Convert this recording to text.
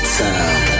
time